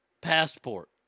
passport